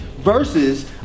versus